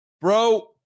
bro